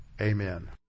amen